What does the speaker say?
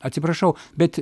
atsiprašau bet